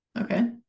okay